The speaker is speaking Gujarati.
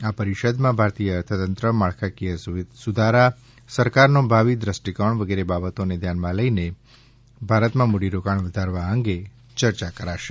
આ પરિષદમાં ભારતીય અર્થતંત્ર માળખાકીય સુધારા સરકારનો ભાવિ દૃષ્ટિકોણ વગેરે બાબતોને ધ્યાનમાં લઈ ભારતમાં મૂડીરોકાણ વધારવા અંગે ચર્ચા કરાશે